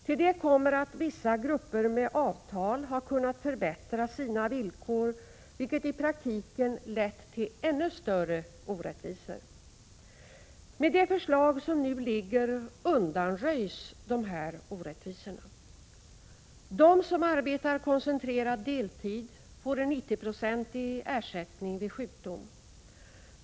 Till detta kommer att vissa grupper med avtal har kunnat förbättra sina villkor, vilket i praktiken lett till ännu större orättvisor. Med det förslag som nu föreligger undanröjs dessa orättvisor. De som arbetar koncentrerad deltid får en 90-procentig ersättning vid sjukdom.